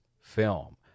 film